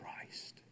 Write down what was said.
Christ